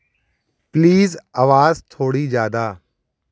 please अवाज़ थोड़ी ज़्यादा